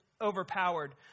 overpowered